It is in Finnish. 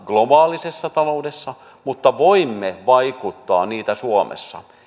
globaalissa taloudessa mutta voimme vaikuttaa niihin suomessa